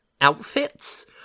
outfits